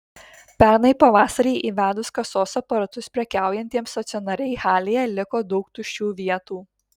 pernai pavasarį įvedus kasos aparatus prekiaujantiems stacionariai halėje liko daug tuščių vietų